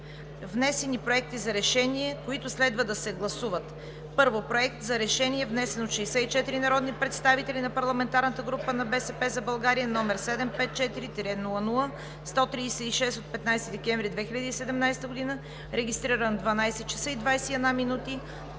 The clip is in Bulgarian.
Внесени са проекти за решения, които следва да се гласуват: Първо, Проект за решение внесен от 64 народни представители на парламентарната група на „БСП за България“, № 754-00-136 от 15 декември 2017 г., регистриран в 12,20 ч. и,